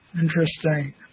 Interesting